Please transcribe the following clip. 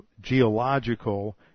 geological